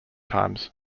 times